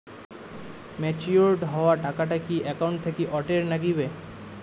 Matured হওয়া টাকাটা কি একাউন্ট থাকি অটের নাগিবে?